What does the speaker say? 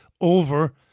over